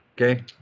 Okay